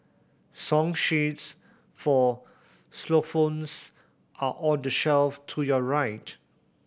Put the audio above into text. song sheets for xylophones are on the shelf to your right